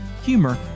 humor